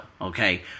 okay